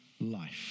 life